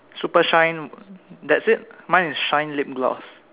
super shine that's it mine is shine lip gloss